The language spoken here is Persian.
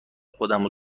خودمو